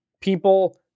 people